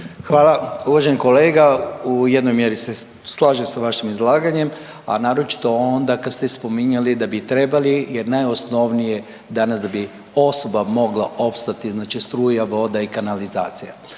Hvala. Uvaženi kolega. U jednoj mjeri se slažem sa vašim izlaganjem, a naročito onda kada ste spominjali da bi trebali jer najosnovnije danas da bi osoba mogla opstati znači struja, voda i kanalizacija.